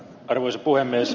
arvoisa puhemies